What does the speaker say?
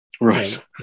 Right